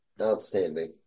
outstanding